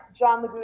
John